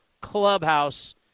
clubhouse